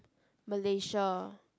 Malaysia